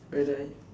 why do I